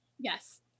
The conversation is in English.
Yes